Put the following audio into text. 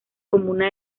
comuna